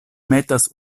metas